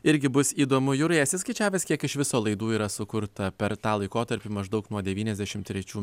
irgi bus įdomu jūrai esi skaičiavęs kiek iš viso laidų yra sukurta per tą laikotarpį maždaug nuo devyniasdešimt trečių